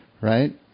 right